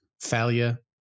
failure